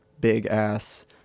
big-ass